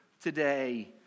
today